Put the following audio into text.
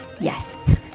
yes